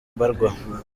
mbarwa